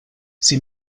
sie